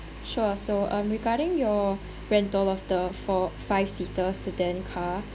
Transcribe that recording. sure so um regarding your rental of the four five seater sedan car